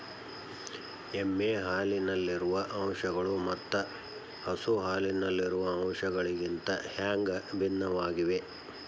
ಎಮ್ಮೆ ಹಾಲಿನಲ್ಲಿರುವ ಅಂಶಗಳು ಮತ್ತ ಹಸು ಹಾಲಿನಲ್ಲಿರುವ ಅಂಶಗಳಿಗಿಂತ ಹ್ಯಾಂಗ ಭಿನ್ನವಾಗಿವೆ?